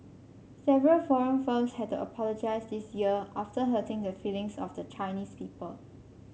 several foreign firms had to apologise this year after hurting the feelings of the Chinese people